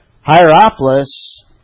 Hierapolis